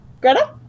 Greta